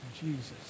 Jesus